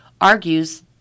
argues